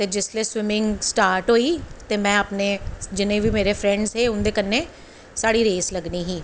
ते जिसलै swimming start होई ते में अपनें जिन्नें बी मेरे फ्रैंडस हे में उंदे कन्नैं साढ़ी रेस लग्गनी ही